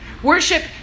Worship